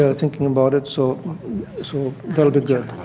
ah thinking about it. so so that will be good.